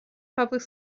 public